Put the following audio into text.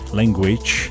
language